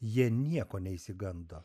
jie nieko neišsigando